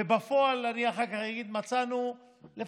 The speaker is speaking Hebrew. ובפועל אני אחר כך אגיד שמצאנו לפחות